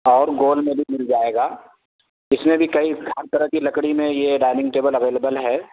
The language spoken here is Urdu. اور گول میں بھی مل جائے گا اس میں بھی کئی ہر طرح کی لکڑی میں یہ ڈائننگ ٹیبل اویلیبل ہے